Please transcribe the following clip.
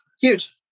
huge